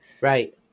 Right